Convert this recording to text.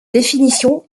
définition